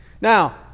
Now